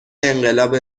انقلاب